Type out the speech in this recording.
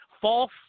false